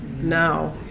now